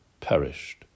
perished